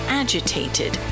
agitated